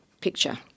picture